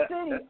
City